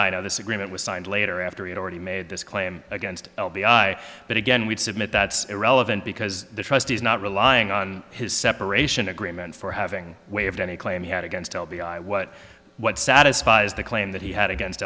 know this agreement was signed later after he'd already made this claim against l b i but again we'd submit that's irrelevant because the trustees not relying on his separation agreement for having waived any claim he had against l b i what what satisfies the claim that he had